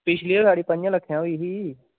पिछलै बारी पंजे लक्खै होई ही